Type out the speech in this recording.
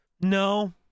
No